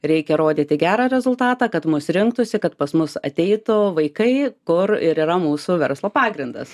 reikia rodyti gerą rezultatą kad mus rinktųsi kad pas mus ateitų vaikai kur ir yra mūsų verslo pagrindas